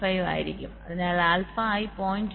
5 ആയിരിക്കും അതിനാൽ alpha i 0